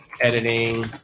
editing